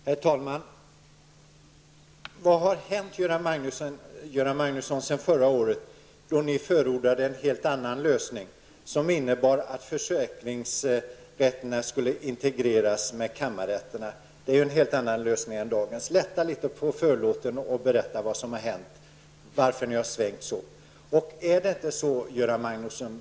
Herr talman! Vad har hänt sedan förra året, Göran Magnusson? Då förordade ni en helt annan lösning som innebar att försäkringsrätterna skulle integreras med kammarrätterna. Det är ju en helt annan lösning än den ni i dag förordar. Lätta litet på förlåten och berätta vad som hänt och varför ni svängt så!